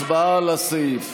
הצבעה על הסעיף.